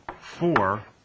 four